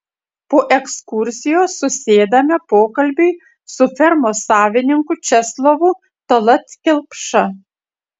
po ekskursijos susėdame pokalbiui su fermos savininku česlovu tallat kelpša